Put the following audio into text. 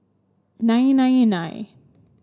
nine nine nine